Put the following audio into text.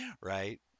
right